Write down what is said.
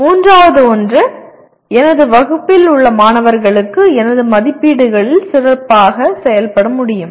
மூன்றாவது ஒன்று எனது வகுப்பில் உள்ள மாணவர்களுக்கு எனது மதிப்பீடுகளில் சிறப்பாக செயல்பட முடியும்